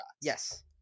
Yes